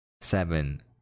seven